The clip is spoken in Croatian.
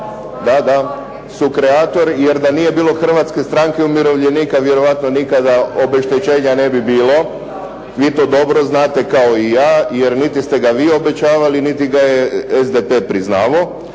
Da, da sukreator. Jer da nije bilo Hrvatske stranke umirovljenika vjerojatno nikada obeštećenja ne bi bilo. Vi to dobro znate kao i ja, jer niti ste ga vi obećavali, niti ga je SDP-e priznavao.